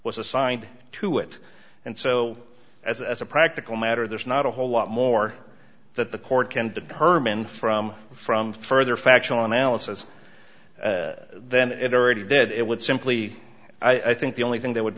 was assigned to it and so as a practical matter there's not a whole lot more that the court can determine from from further factual analysis then it already did it would simply i think the only thing that would